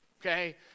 Okay